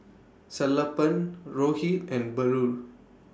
Sellapan Rohit and Bellur